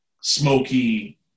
smoky